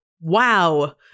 Wow